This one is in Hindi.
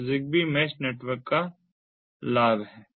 तो यह ZigBee मैश नेटवर्क का लाभ है